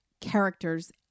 characters